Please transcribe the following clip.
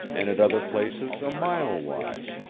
and at other places a mile wide,